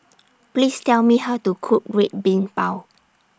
Please Tell Me How to Cook Red Bean Bao